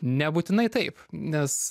nebūtinai taip nes